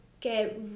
get